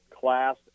class